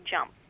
jump